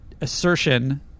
assertion